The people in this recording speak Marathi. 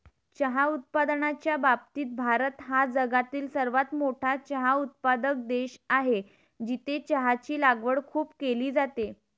चहा उत्पादनाच्या बाबतीत भारत हा जगातील सर्वात मोठा चहा उत्पादक देश आहे, जिथे चहाची लागवड खूप केली जाते